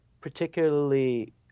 Particularly